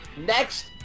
next